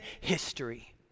history